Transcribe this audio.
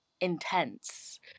intense